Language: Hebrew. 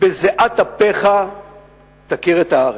בזיעת אפיך תכיר את הארץ.